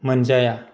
मोनजाया